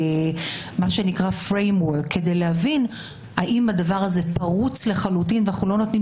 מסגרת כדי להבין האם הדבר הזה פרוץ לחלוטין ואנחנו לא נותנים